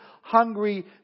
hungry